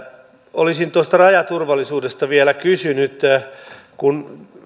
olisin tuosta rajaturvallisuudesta vielä kysynyt kun